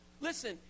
Listen